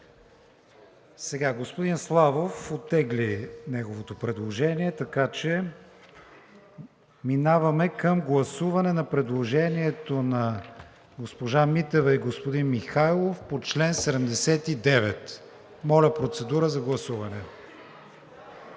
Господин Славов оттегли неговото предложение, така че минаваме към гласуване на предложението на госпожа Митева и господин Михайлов по чл. 79. Гласували